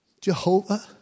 Jehovah